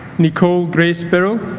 nicole grace birrell